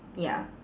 ya